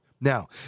Now